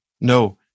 No